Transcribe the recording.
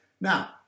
Now